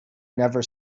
never